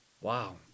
Wow